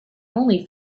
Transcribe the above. only